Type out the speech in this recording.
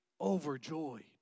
overjoyed